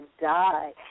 die